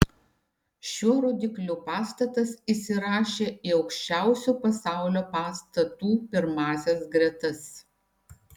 šiuo rodikliu pastatas įsirašė į aukščiausių pasaulio pastatų pirmąsias gretas